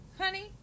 honey